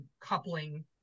coupling